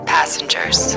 Passengers